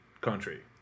country